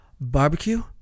barbecue